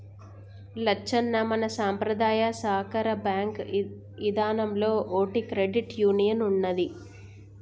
లచ్చన్న మన సంపద్రాయ సాకార బాంకు ఇదానంలో ఓటి క్రెడిట్ యూనియన్ ఉన్నదీ